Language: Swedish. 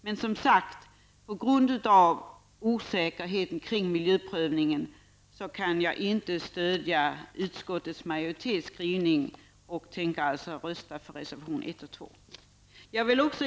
Men, som sagt, på grund av rådande osäkerhet kring miljöprövningen kan jag inte stödja utskottsmajoritetens skrivning. Jag tänker alltså rösta för reservationerna 1 och 2.